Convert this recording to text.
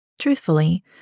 Truthfully